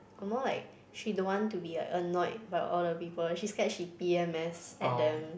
or more like she don't want to be like annoyed by all the people she scared she P_M_S at them